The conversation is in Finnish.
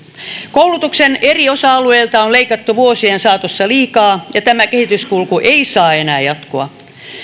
koulutuksen eri osa alueilta on leikattu vuosien saatossa liikaa ja tämä kehityskulku ei saa enää jatkua